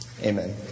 Amen